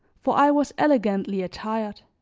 for i was elegantly attired.